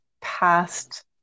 past